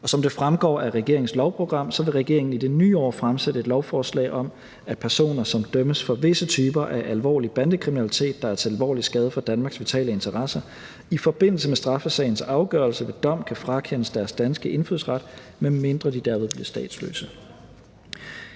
Som det fremgår af regeringens lovprogram, vil regeringen i det nye år fremsætte et lovforslag om, at personer, som dømmes for visse typer af alvorlig bandekriminalitet, der er til alvorlig skade for Danmarks vitale interesser, i forbindelse med straffesagens afgørelse ved dom kan frakendes deres danske indfødsret, medmindre de derved bliver statsløse.